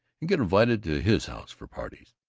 and get invited to his house for parties?